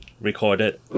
recorded